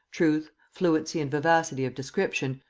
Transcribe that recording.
truth, fluency and vivacity of description,